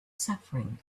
suffering